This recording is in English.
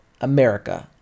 America